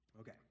Okay